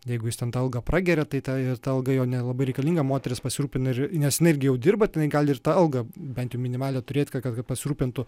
jeigu jis ten tą algą prageria tai tą ir ta alga jo nelabai reikalinga moteris pasirūpina ir nes jinai irgi jau dirba tenai gal ir tą algą bent minimalią turėti ka kad pasirūpintų